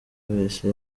wese